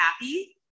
happy